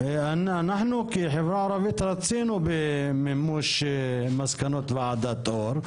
אנחנו כחברה ערבית רצינו במימוש מסקנות ועדת אור,